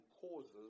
Causes